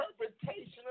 Interpretation